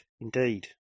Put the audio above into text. Indeed